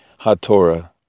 HaTorah